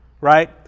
right